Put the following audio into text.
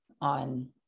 on